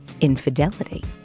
Infidelity